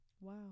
Wow